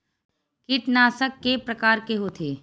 कीटनाशक के प्रकार के होथे?